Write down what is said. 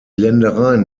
ländereien